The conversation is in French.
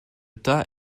tas